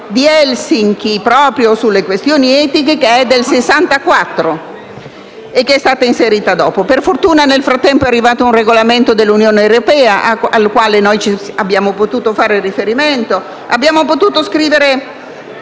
di Helsinki proprio sulle questioni etiche che è del 1964 e che è stata inserita dopo. Per fortuna nel frattempo è arrivato un regolamento dell'Unione Europea, al quale abbiamo potuto fare riferimento, e abbiamo potuto scrivere